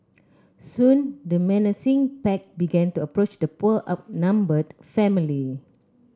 soon the menacing pack began to approach the poor outnumbered family